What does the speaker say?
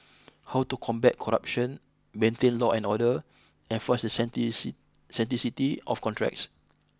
how to combat corruption maintain law and order enforce the of contracts